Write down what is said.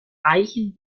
reichen